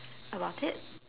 about it